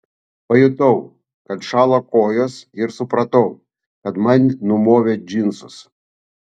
pajutau kad šąla kojos ir supratau kad man numovė džinsus